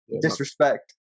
Disrespect